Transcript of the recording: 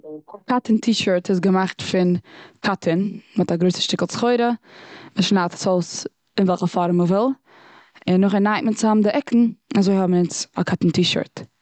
קאטאן טי שירט איז געמאכט פון קאטאן מ'האט א גרויסע שטיקל סחורה, מ'שניידט עס אויס און וועלכע פארעם מ'וויל און נאכדעם נייט מען צוזאם די עקן און אזוי האבן אונז א קאטאן טי שירט.